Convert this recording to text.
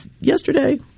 yesterday